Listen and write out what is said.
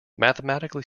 mathematically